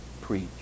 preach